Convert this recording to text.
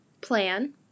plan